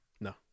No